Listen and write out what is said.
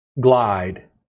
glide